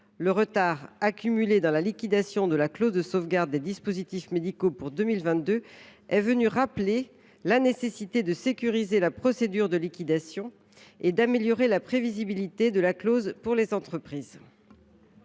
Le retard accumulé dans la liquidation de la clause de sauvegarde des dispositifs médicaux pour 2022 est venu rappeler la nécessité de sécuriser la procédure de liquidation et d’améliorer la prévisibilité de la clause de sauvegarde pour les entreprises.